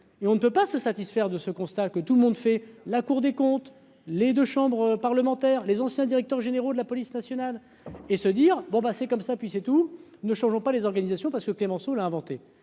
et on ne peut pas se satisfaire de ce constat que tout le monde fait la Cour des comptes, les 2 chambres parlementaires les anciens directeurs généraux de la police nationale et se dire bon ben c'est comme ça, puis c'est tout. Ne changeons pas les organisations parce que Clémenceau inventé